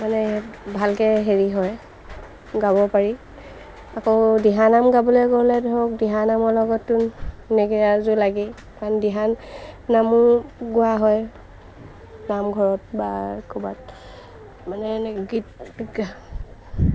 মানে ভালকৈ হেৰি হয় গাব পাৰি আকৌ দিহানাম গাবলৈ গ'লে ধৰক দিহাানামৰ লগতো নেগেৰাযোৰ লাগেই কাৰণ দিহা নামো গোৱা হয় নামঘৰত বা ক'ৰবাত মানে এনে গীত